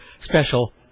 special